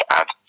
add